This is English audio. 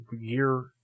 year